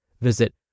Visit